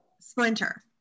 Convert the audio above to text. splinter